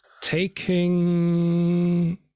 taking